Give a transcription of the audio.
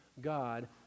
God